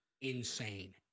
insane